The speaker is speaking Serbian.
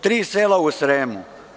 Tri sela u Sremu.